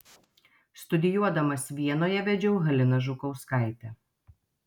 studijuodamas vienoje vedžiau haliną žukauskaitę